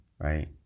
right